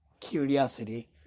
curiosity